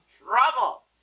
trouble